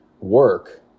work